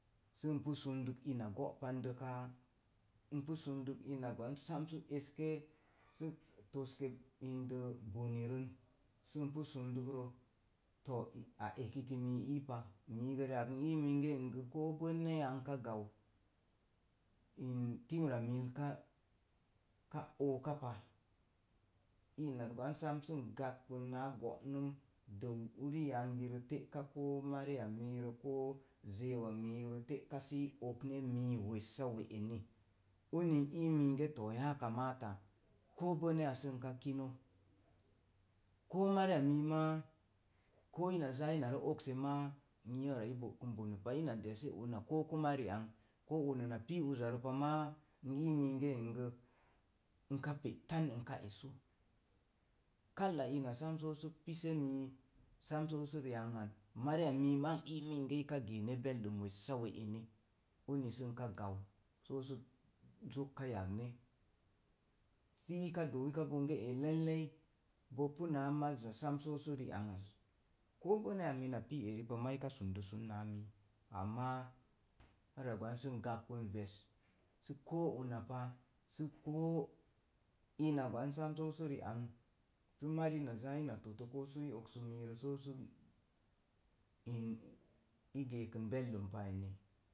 Sə npu sonduk ina go'pandəkrə káá, npu sunduk ina gwan sam sə eske sə toske bone rən sə npu sunduk bonerə to̱o̱ a ekiki mi n iipa, miigə riak n ii minge koobənaya n ka gau in timra mill ka ka ookapa ina gwan sam sə gakpin naa go'num dəu uriyagirə te. ka, koo mariya miirə koo zəuwa miirə te'ka səi okne mii wessa we eni uni n ii minge to̱o̱ yakamata kobənaya sə nka kine ko mariya mii ma ina ka zaa okse máá. n ii ara i bokun bonek pa ina desi una kokuma riang koo una na pii uzarə pa máá n ii minge ngə n ka pe'tan n ka esa. Ka ina sam so su pise min sam so su riang an mariya mii ma n ii minge ika geene beldim wessa we'eni. uni sə nka gau soo su zok ka yagne si ika doo bonge ee leillei. bopu náá maza sam so pu ri ang az. Ko bənaya mina pu eri pa ika sundo sun náá mii. amma sə ara gwan sə n gakpin ve̱s sə ko una pa sə koo ina gwan sam sə soo ri ang sə mari ina zaa sə ina totto pusə i oksak miirə soo su. In i geekən béldim pa eni